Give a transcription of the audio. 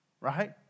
right